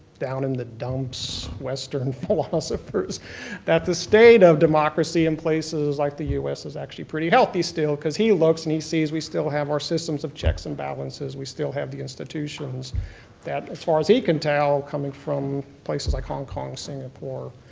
down in the dumps, western philosophers that the state of democracy in places like the u s. is actually pretty healthy still because he looks and he sees we still have our systems of checks and balance, we still have the institutions that as far as he can tell, coming from places like hong kong, singapore,